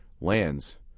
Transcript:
lands